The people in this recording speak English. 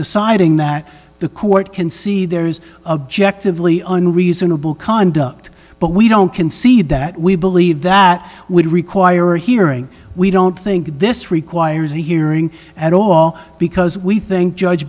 deciding that the court can see there is objectively an reasonable conduct but we don't concede that we believe that would require hearing we don't think this requires a hearing at all because we think judge